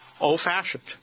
old-fashioned